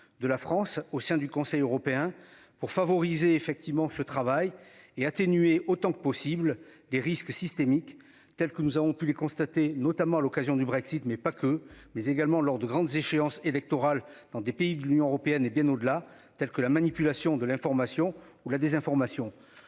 de la France au sein du Conseil européen pour favoriser effectivement ce travail et atténuer autant que possible des risques systémiques tels que nous avons pu constater, notamment à l'occasion du Brexit mais pas que. Mais également lors de grandes échéances électorales dans des pays de l'Union européenne, et bien au-delà, telle que la manipulation de l'information ou la désinformation.